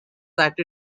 that